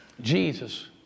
Jesus